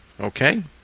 Okay